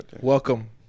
Welcome